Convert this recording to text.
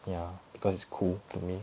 ya because it's cool to me